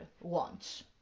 wants